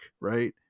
right